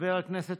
חבר הכנסת